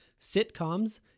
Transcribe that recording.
sitcoms